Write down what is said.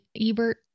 Ebert